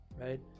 Right